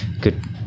Good